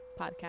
podcast